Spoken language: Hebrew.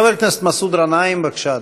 חבר הכנסת מסעוד גנאים, בבקשה,